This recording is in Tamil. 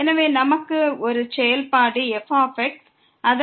எனவே நமக்கு ஒரு செயல்பாடு f உள்ளது